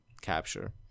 capture